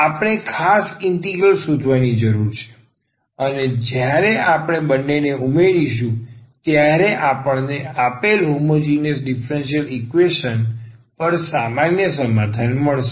આપણે ખાસ ઇન્ટિગ્રલ શોધવાની જરૂર છે અને જ્યારે આપણે બંનેને ઉમેરીશું ત્યારે આપણને આપેલ હોમોજીનીયસ ડીફરન્સીયલ ઈકવેશન પર સામાન્ય સમાધાન મળશે